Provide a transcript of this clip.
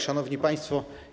Szanowni Państwo!